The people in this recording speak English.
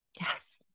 Yes